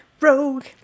rogue